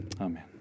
amen